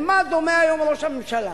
למה דומה היום ראש הממשלה?